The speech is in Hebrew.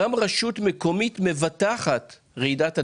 יש קושי כשרשות מקומית רוצה לבטח על רעידת אדמה,